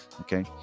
Okay